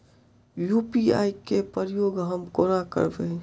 UPI केँ प्रयोग हम कोना करबे?